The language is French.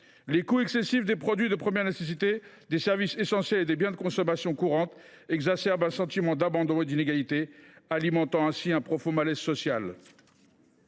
Les coûts excessifs des produits de première nécessité, des services essentiels et des biens de consommation courante exacerbent un sentiment d’abandon et d’inégalité, alimentant ainsi un profond malaise social.